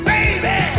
Baby